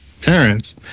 parents